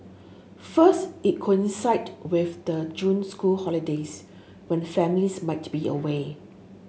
first it coincided with the June school holidays when families might be away